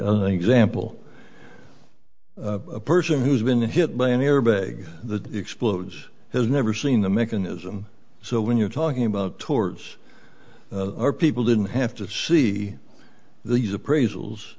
example a person who's been hit by an airbag that explodes has never seen the mechanism so when you're talking about towards our people didn't have to see these appraisals